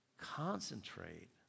concentrate